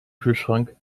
kühlschrank